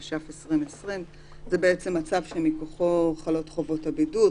התש"ף 2020‏; זה הצו שמכוחו חלות חובות הבידוד,